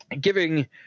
giving